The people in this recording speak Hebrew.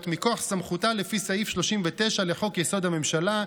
מכוח סמכותה לפי סעיף 39 לחוק-יסוד: הממשלה,